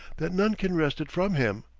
that none can wrest it from him,